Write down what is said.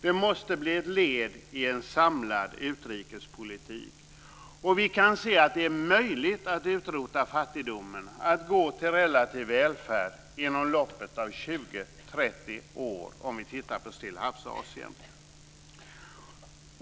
Det måste bli ett led i en samlad utrikespolitik. Vi kan se att det är möjligt att utrota fattigdomen, att gå till relativ välfärd inom loppet av 20-30 år, om vi tittar på Stillahavsasien.